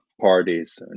parties